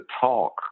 talk